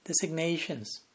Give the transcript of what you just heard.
designations